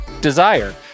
Desire